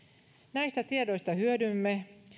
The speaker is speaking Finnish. näistä tiedoista hyödymme